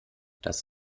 das